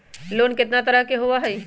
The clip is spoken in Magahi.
लोन केतना तरह के होअ हई?